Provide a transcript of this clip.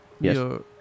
Yes